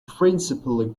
principally